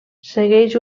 segueix